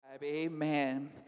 Amen